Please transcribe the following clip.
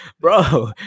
bro